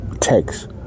text